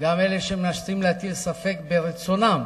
וגם אלה שמנסים להטיל ספק ברצונם